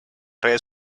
redes